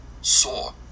saw